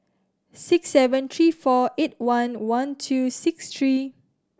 six seven three four eight one one two six three